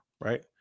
right